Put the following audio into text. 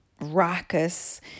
raucous